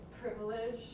privilege